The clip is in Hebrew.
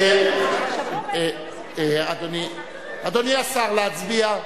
אדוני השר, להצביע?